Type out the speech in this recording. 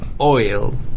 oil